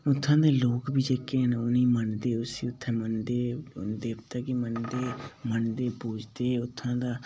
उत्थुआं दे लोक बी जेह्के न उ'नेंगी मनदे उस्सी उत्थै मनदे देवता गी मनदे मनदे पूजदे उत्थुआं दा